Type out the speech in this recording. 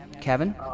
Kevin